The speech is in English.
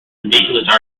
ridiculous